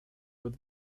with